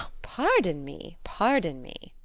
pardon me, pardon me.